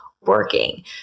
working